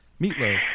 Meatloaf